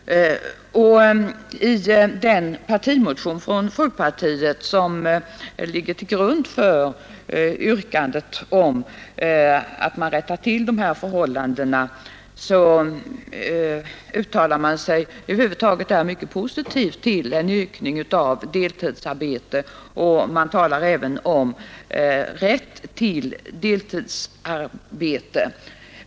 I den partimotion från folkpartiet som ligger till grund för yrkandet om att man skall rätta till dessa missförhållanden uttalar man sig mycket positivt till en ökning av deltidsarbetet och man talar där även om rätt till deltidsarbete.